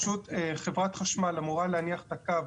חברת החשמל אמורה להניח את הקו,